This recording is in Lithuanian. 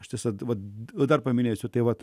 ištisai vat dar paminėsiu tai vat